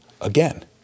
again